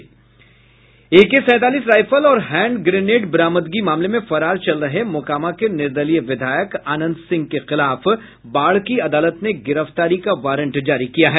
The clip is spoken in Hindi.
एके सैंतालीस राइफल और हैंडग्रेनेड बरामदगी मामले में फरार चल रहे मोकामा के निर्दलीय विधायक अनंत सिंह के खिलाफ बाढ़ की अदालत ने गिरफ्तारी का वारंट जारी किया है